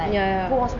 ya ya ya